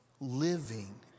living